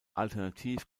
alternativ